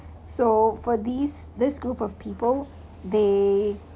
so for these this group of people they